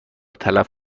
تلف